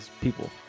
people